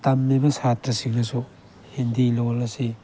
ꯇꯝꯂꯤꯕ ꯁꯥꯇ꯭ꯔꯁꯤꯡꯅꯁꯨ ꯍꯤꯟꯗꯤ ꯂꯣꯟ ꯑꯁꯤ